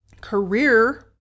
career